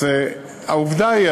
העובדה היא,